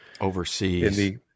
overseas